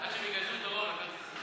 עשר דקות לרשותך,